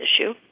issue